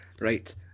Right